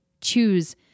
choose